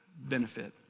benefit